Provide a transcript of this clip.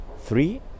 three